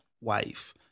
wife